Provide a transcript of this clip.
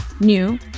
new